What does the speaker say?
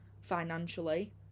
financially